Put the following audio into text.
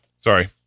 Sorry